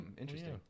interesting